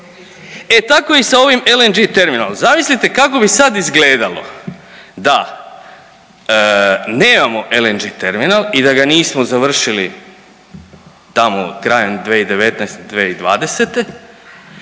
E tako i sa ovim LNG-e terminalom, zamislite kako bi sada izgledalo da nemamo LNG-e terminal i da ga nismo završili tamo krajem 2019., 2020.